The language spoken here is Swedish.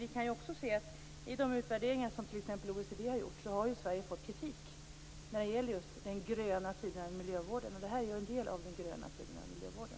Vi kan också se att Sverige har fått kritik i de utvärderingar som t.ex. OECD har gjort av den gröna sidan av miljövården, och det här är en del av den sidan av miljövården.